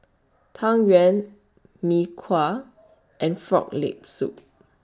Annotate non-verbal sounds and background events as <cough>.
Tang Yuen Mee Kuah <noise> and Frog Leg Soup <noise>